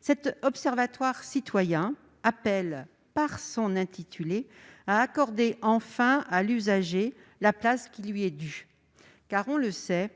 Cet observatoire citoyen appelle, par son intitulé, à accorder enfin à l'usager la place qui lui est due, car nous le savons